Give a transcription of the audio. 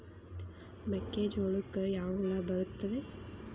ಮೆಕ್ಕೆಜೋಳಕ್ಕೆ ಯಾವ ಹುಳ ಬರುತ್ತದೆ?